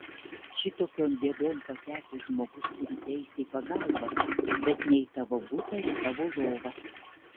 šitokion bėdon patekęs žmogus turi teisę į pagalbą bet ne į tavo butą ar į tavo lovą